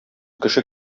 кеше